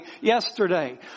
yesterday